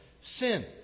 sin